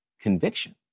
conviction